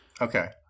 Okay